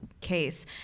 case